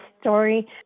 story